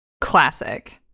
Classic